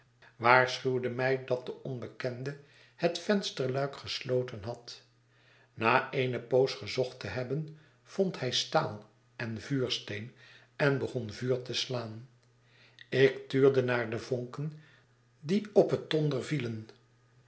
waarschuwde mij dat de onbekende het vensterluik gesloten had na eene poos gezocht te hebben vond hij staal en vuursteen en begon vuur te slaan ik tuurde naar de vonken die op het